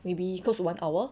maybe close to one hour